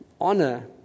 Honor